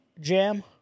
Jam